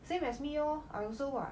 same as me lor I also what